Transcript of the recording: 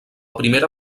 primera